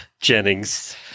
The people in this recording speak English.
Jennings